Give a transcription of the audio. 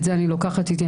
את זה אני לוקחת איתי,